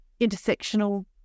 intersectional